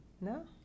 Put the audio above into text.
No